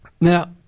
Now